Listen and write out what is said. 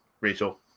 Rachel